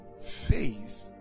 faith